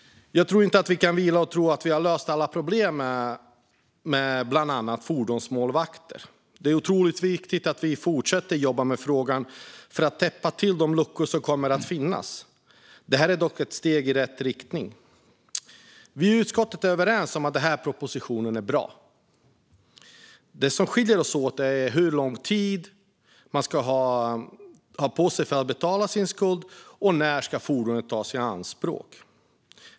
Jag tror inte att vi kan vila och tro att vi har löst alla problem med bland annat fordonsmålvakter. Det är otroligt viktigt att vi fortsätter att jobba med frågan för att täppa till de luckor som kommer att finnas. Detta är dock ett steg i rätt riktning. Vi i utskottet är överens om att propositionen är bra. Det som skiljer oss åt gäller hur lång tid man ska ha på sig att betala sin skuld och när fordonet ska tas i anspråk.